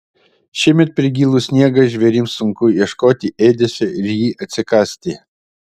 šiemet per gilų sniegą žvėrims sunku ieškoti ėdesio ir jį atsikasti